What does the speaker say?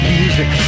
music